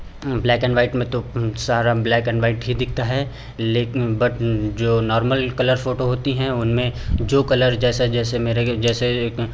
black and white में तो उंह सारा ब्लैक एन वाइट ही दिखता है लेकिन बट जो नॉर्मल कलर फ़ोटो होती हैं उनमें जो कलर जैसा जैसे मेरे के जैसे एक